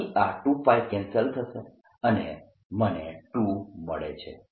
અહીં આ 2π કેન્સલ થશે અને મને 2 મળે છે